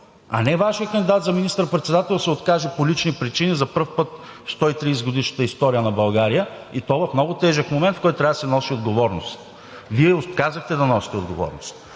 а не Вашият кандидат за министър-председател да се откаже по лични причини – за пръв път в 130-годишната история на България, и то в много тежък момент, в който трябва да се носи отговорност. Вие отказахте да носите отговорност.